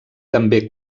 també